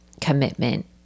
commitment